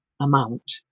amount